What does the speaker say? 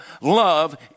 love